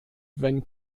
wenn